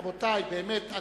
באמת.